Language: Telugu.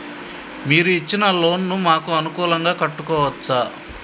మీరు ఇచ్చిన లోన్ ను మాకు అనుకూలంగా కట్టుకోవచ్చా?